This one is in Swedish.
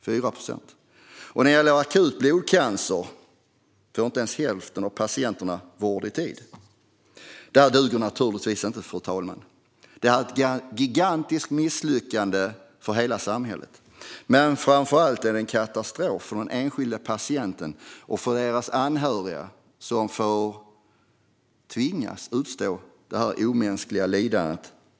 När det gäller akut blodcancer får inte ens hälften av patienterna vård i tid. Det här duger naturligtvis inte, fru talman. Det är ett gigantiskt misslyckande för hela samhället. Men framför allt är det en katastrof för den enskilda patienten och för anhöriga som tvingas att utstå detta omänskliga lidande.